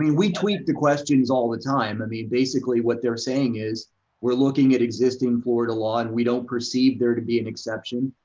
i mean we tweak the questions all the time. i mean basically what they're saying is we're looking at existing florida law, and we don't perceive there to be an exception.